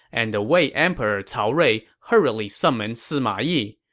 and the wei emperor cao rui hurriedly summoned sma yi.